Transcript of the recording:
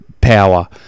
power